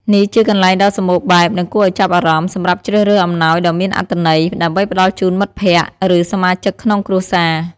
នេះជាកន្លែងដ៏សម្បូរបែប និងគួរឱ្យចាប់អារម្មណ៍ សម្រាប់ជ្រើសរើសអំណោយដ៏មានអត្ថន័យ ដើម្បីផ្ដល់ជូនមិត្តភក្តិ ឬសមាជិកក្នុងគ្រួសារ។